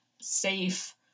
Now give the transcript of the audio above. safe